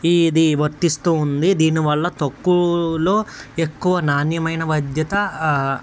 ఇ ది వర్తిస్తూ ఉంది దీని వల్ల తక్కువలో ఎక్కవ నాణ్యమైన వైద్యత